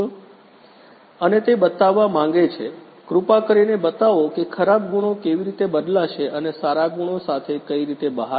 vlcsnap 2019 04 26 23h36m55s556 અને તે બતાવવા માંગે છે કૃપા કરીને બતાવો કે ખરાબ ગુણો કેવી રીતે બદલાશે અને સારા ગુણો સાથે કઈ રીતે બહાર આવશે